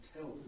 tell